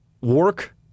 work